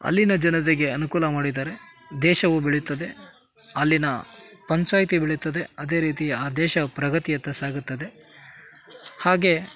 ಅಲ್ಲಿನ ಜನರಿಗೆ ಅನುಕೂಲ ಮಾಡಿದರೆ ದೇಶವು ಬೆಳೆಯುತ್ತದೆ ಅಲ್ಲಿನ ಪಂಚಾಯತಿ ಬೆಳೆಯುತ್ತದೆ ಅದೇ ರೀತಿ ಆ ದೇಶ ಪ್ರಗತಿಯತ್ತ ಸಾಗುತ್ತದೆ ಹಾಗೆ